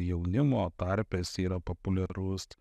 jaunimo tarpe yra populiarus